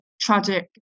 tragic